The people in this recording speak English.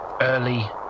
early